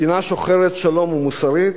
מדינה שוחרת שלום ומוסרית,